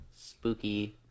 spooky